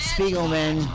Spiegelman